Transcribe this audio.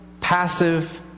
passive